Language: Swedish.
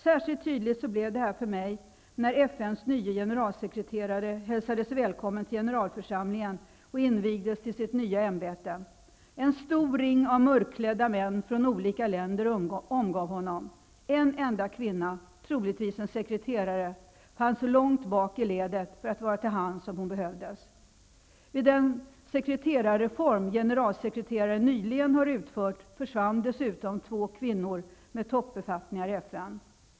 Särskilt tydligt blev detta för mig när FN:s nye generalsekreterare hälsades välkommen till Generalförsamlingen och invigdes i sitt nya ämbete. En stor ring av mörkklädda män från olika länder omgav honom. En enda kvinna, troligtvis en sekreterare, fanns långt bak i ledet för att vara till hands om hon behövdes. Vid den sekreterarreform som generalsekreteraren nyligen utförde försvann dessutom två kvinnor med toppbefattningar i FN.